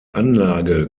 anlage